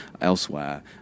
elsewhere